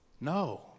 no